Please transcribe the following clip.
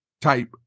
type